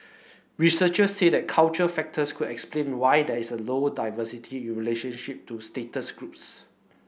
researcher said cultural factors could explain why there is low diversity in relationship to status groups